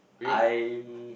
I'm